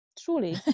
truly